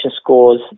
scores